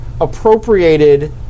appropriated